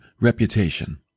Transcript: reputation